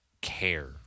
care